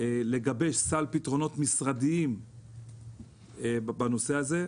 לגבש סל פתרונות משרדיים בנושא הזה.